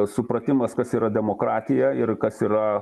supratimas kas yra demokratija ir kas yra